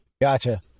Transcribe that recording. Gotcha